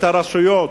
את הרשויות,